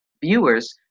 Viewers